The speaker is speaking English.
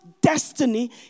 destiny